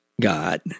God